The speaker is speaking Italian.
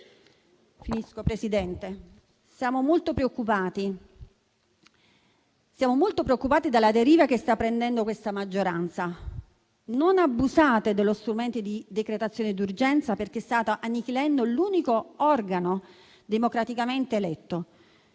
Siamo molto preoccupati dalla deriva che sta prendendo questa maggioranza. Non abusate dello strumento della decretazione d'urgenza, perché state annichilendo l'unico organo democraticamente eletto.